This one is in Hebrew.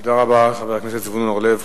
תודה רבה לחבר הכנסת אורלב.